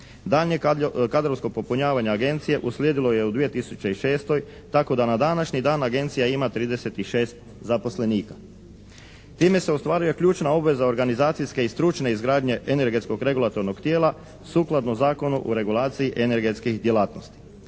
Daljnje kadrovsko popunjavanje Agencije uslijedilo je u 2006. tako da na današnji dan Agencija ima 36 zaposlenika. Time se ostvaruje ključna obveza organizacijske i stručne izgradnje energetskog regulatornog tijela sukladno Zakonu o regulaciji energetskih djelatnosti.